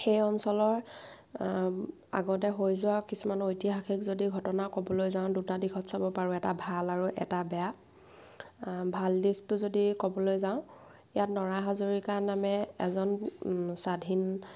সেই অঞ্চলৰ আগতে হৈ যোৱা কিছুমান ঐতিহাসিক যদি ঘটনা ক'বলৈ যাওঁ দুটা দিশত চাব পাৰোঁ এটা ভাল আৰু এটা বেয়া ভাল দিশটো যদি ক'বলৈ যাওঁ ইয়াত নৰা হাজৰীকা নামেৰে এজন স্বাধীন